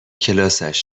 کلاسش